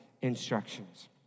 instructions